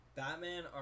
batman